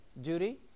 duty